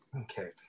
okay